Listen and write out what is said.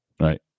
right